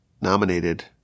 nominated